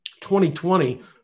2020